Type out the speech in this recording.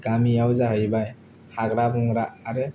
गामियाव जाहैबाय हाग्रा बंग्रा आरो